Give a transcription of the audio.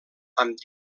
amb